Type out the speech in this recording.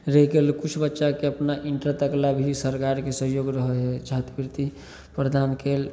रहि गेल किछु बच्चाके अपना इण्टर तकले भी सरकारके सहयोग रहै हइ छात्रवृति प्रदान कएल